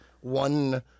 one